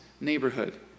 neighborhood